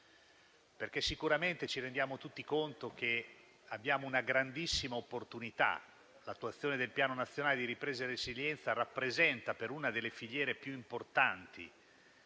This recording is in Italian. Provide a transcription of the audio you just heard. perché sicuramente ci rendiamo tutti conto che abbiamo una grandissima opportunità. L'attuazione del Piano nazionale di ripresa e resilienza rappresenta, per una delle filiere più importanti